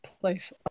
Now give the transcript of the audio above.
place